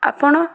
ଆପଣ